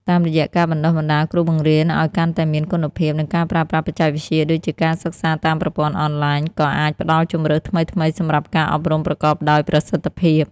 តាមរយៈការបណ្តុះបណ្តាលគ្រូបង្រៀនឱ្យកាន់តែមានគុណភាព និងការប្រើប្រាស់បច្ចេកវិទ្យាដូចជាការសិក្សាតាមប្រព័ន្ធអនឡាញ ក៏អាចផ្តល់ជម្រើសថ្មីៗសម្រាប់ការអប់រំប្រកបដោយប្រសិទ្ធភាព។